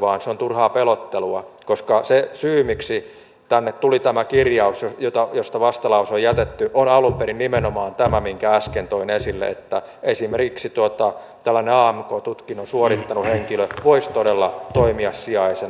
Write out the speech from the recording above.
vaan se on turhaa pelottelua koska se syy miksi tänne tuli tämä kirjaus josta vastalause on jätetty on alun perin nimenomaan tämä minkä äsken toin esille että esimerkiksi tällainen amk tutkinnon suorittanut henkilö voisi todella toimia sijaisena sosiaalialalla